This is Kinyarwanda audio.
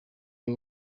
cyo